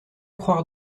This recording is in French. croire